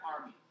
army